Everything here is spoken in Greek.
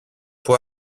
που